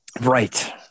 Right